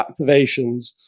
activations